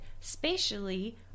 spatially